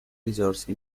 risorse